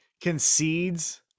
concedes